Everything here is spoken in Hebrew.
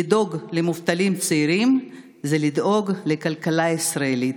לדאוג למובטלים הצעירים זה לדאוג לכלכלה הישראלית,